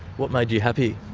what made you happy?